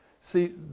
See